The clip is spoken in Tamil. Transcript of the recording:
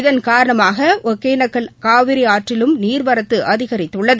இதன் காரணமாக ஒகேனக்கல் காவிரி ஆற்றிலும் நீர்வரத்து அதிகரித்துள்ளது